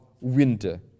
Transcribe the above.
winter